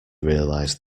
realized